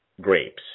grapes